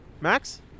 Max